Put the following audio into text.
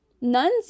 Nuns